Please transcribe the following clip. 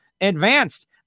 advanced